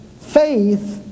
faith